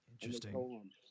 Interesting